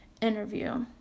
interview